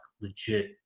legit